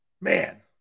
Man